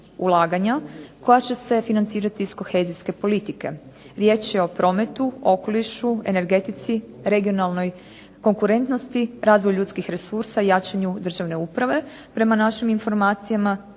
ulaganja koja će se financirati iz kohezijske politike. Riječ je o prometu, okolišu, energetici, regionalnoj konkurentnosti, razvoju ljudskih resursa i jačanju državne uprave. Prema našim informacijama